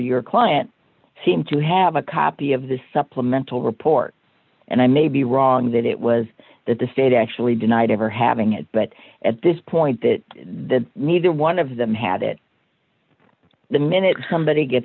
your client seemed to have a copy of the supplemental report and i may be wrong that it was that the state actually denied ever having it but at this point that the neither one of them had it the minute somebody get